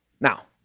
Now